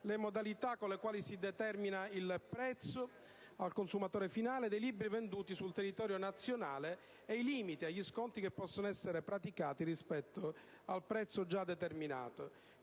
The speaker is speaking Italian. le modalità con le quali si determina il prezzo al consumatore finale dei libri venduti sul territorio nazionale e i limiti agli sconti che possono essere praticati rispetto al prezzo già determinato.